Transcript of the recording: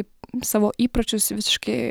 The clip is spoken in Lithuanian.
į savo įpročius visiškai